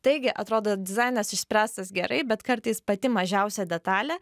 taigi atrodo dizainas išspręstas gerai bet kartais pati mažiausia detalė